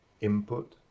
input